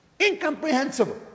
incomprehensible